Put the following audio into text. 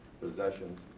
possessions